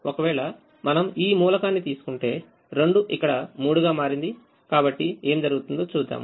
ఒకవేళ మనం ఈ మూలకాన్ని తీసుకుంటే 2 ఇక్కడ 3 గా మారింది కాబట్టి ఏమి జరుగుతుందో చూద్దాం